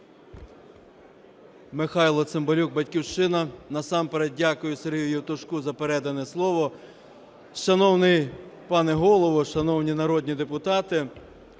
Михайло Цимбалюк, "Батьківщина". Насамперед дякую Сергію Євтушку за передане слово. Шановний пане Голово, шановні народні депутати,